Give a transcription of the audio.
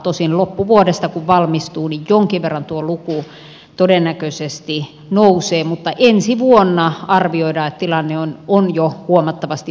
tosin loppuvuodesta kun valmistuu niin jonkin verran tuo luku todennäköisesti nousee mutta ensi vuonna arvioidaan että tilanne on jo huomattavasti parempi